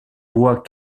voies